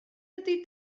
ydy